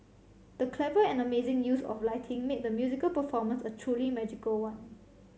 the clever and amazing use of lighting made the musical performance a truly magical one